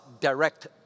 direct